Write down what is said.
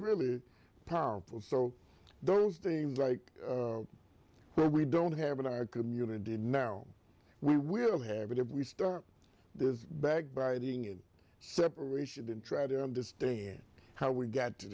lly powerful so those things like we don't have in our community now we will have it if we start this backbiting in separation and try to understand how we got to